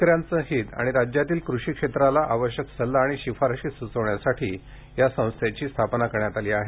शेतकऱ्यांचं हित आणि राज्यातील कृषी क्षेत्राला आवश्यक सल्ला आणि शिफारशीं सुचवण्यासाठी या संस्थेची स्थापना करण्यात आली आहे